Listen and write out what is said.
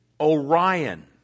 Orion